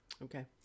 Okay